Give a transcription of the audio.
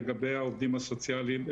לגבי העובדים הסוציאליים,